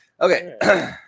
Okay